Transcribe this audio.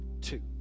two